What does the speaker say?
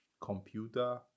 computer